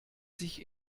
sich